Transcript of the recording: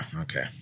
okay